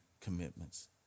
commitments